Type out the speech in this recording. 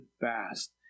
fast